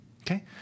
Okay